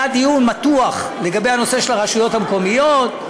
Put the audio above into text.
היה דיון מתוח בנושא של הרשויות המקומיות,